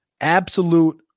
Absolute